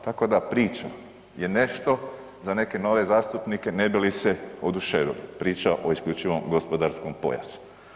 Tako da priča je nešto za neke nove zastupnike ne bi li se oduševili, priča o isključivom gospodarskom pojasu.